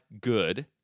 good